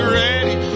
ready